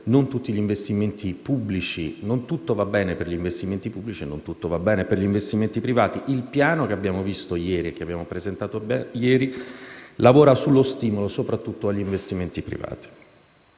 non tutto va bene per gli investimenti pubblici e non tutto va bene per gli investimenti privati. Il piano che abbiamo presentato ieri lavora sullo stimolo soprattutto agli investimenti privati.